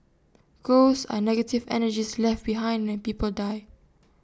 ghosts are negative energies left behind when people die